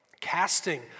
casting